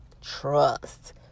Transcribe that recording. trust